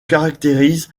caractérise